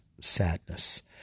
sadness